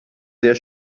sehr